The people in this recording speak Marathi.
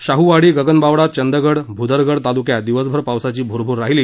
शाहूवाडी गगनबावडा चंदगड भूदरगड तालुक्यांत दिवसभर पावसाची भूरभूर राहिली